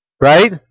Right